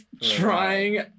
trying